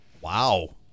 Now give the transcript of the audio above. Wow